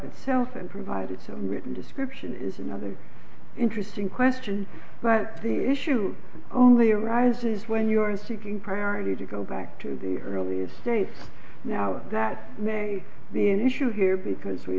itself and provide it to a written description is another interesting question but the issue only arises when you are seeking priority to go back to the earliest days now that may be an issue here because we